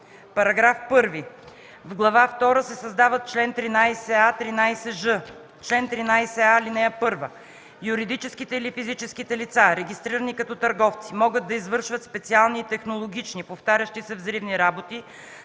§ 1: „§ 1. В глава втора се създават чл. 13а - 13ж: „Чл. 13а. (1) Юридическите или физическите лица, регистрирани като търговци, могат да извършват специални и технологични (повтарящи се) взривни работи